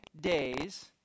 days